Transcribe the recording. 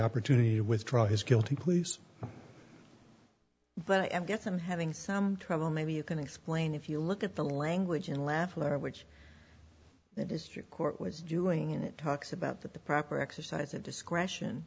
opportunity to withdraw his guilty pleas but i guess i'm having some trouble maybe you can explain if you look at the language in laughter which the district court was doing and it talks about that the proper exercise of discretion